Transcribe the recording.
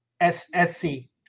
SSC